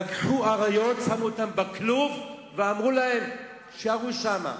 לקחו אריות, שמו אותם בכלוב ואמרו להם: תישארו שם.